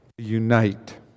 Unite